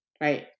right